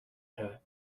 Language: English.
her